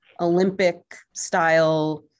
Olympic-style